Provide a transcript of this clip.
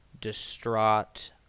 distraught